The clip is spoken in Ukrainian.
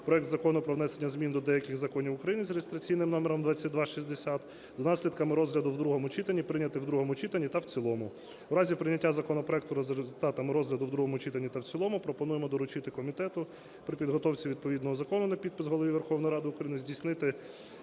проект Закону про внесення змін до деяких законів України за реєстраційним номером 2260 за наслідками розгляду в другому читанні прийняти в другому читанні та в цілому. В разі прийняття законопроекту за результатами розгляду в другому читанні та в цілому пропонуємо доручити комітету при підготовці відповідного закону на підпис Голові Верховної Ради України здійснити